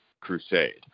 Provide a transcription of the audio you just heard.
crusade